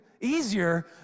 easier